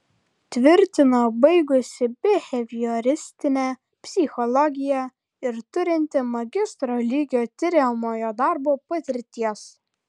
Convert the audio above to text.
tvirtino baigusi bihevioristinę psichologiją ir turinti magistro lygio tiriamojo darbo patirties